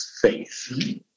faith